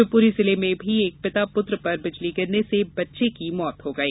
शिवपुरी जिले में भी एक पिता पुत्र पर बिजली गिरने से बच्चे की मौत हो गई